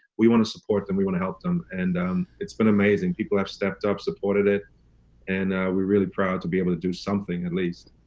we wanna support them, we wanna help them and it's been amazing. people have stepped up, supported it and we're really proud to be able to do something at least.